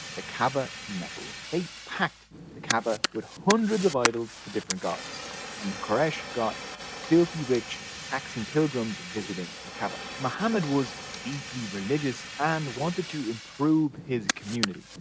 the kaaba, in mecca. they packed the kaaba with hundreds of idols of different gods and the quraysh got filthy rich taxing pilgrims visiting and the kaaba. muhammad was deeply religious and wanted to improve his community.